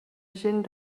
gent